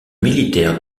militaire